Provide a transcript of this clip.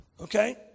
Okay